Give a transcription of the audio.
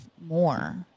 more